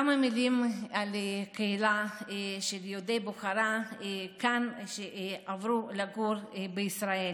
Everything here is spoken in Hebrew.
כמה מילים על הקהילה של יהודי בוכרה שעברו לגור בישראל.